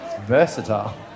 Versatile